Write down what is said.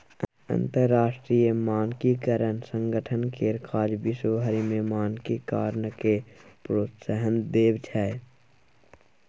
अंतरराष्ट्रीय मानकीकरण संगठन केर काज विश्व भरि मे मानकीकरणकेँ प्रोत्साहन देब छै